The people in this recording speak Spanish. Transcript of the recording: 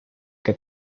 que